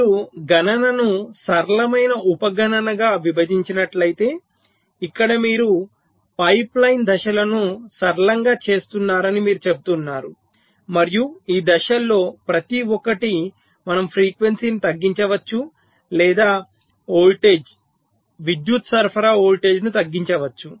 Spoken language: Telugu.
మీరు గణనను సరళమైన ఉప గణనగా విభజించినట్లే ఇక్కడ మీరు పైప్లైన్ దశలను సరళంగా చేస్తున్నారని మీరు చెబుతున్నారు మరియు ఈ దశల్లో ప్రతి ఒక్కటి మనం ఫ్రీక్వెన్సీని తగ్గించవచ్చు లేదా వోల్టేజ్ విద్యుత్ సరఫరా వోల్టేజ్ను తగ్గించవచ్చు